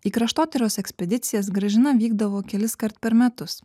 į kraštotyros ekspedicijas gražina vykdavo keliskart per metus